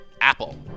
Apple